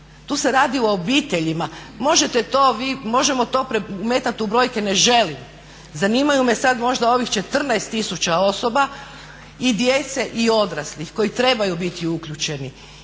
Tu se radi o obiteljima. Možemo to premetati u brojke, ne želim. Zanimaju me sad možda ovih 14000 osoba i djece i odraslih koji trebaju biti uključeni.